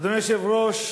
אדוני היושב-ראש,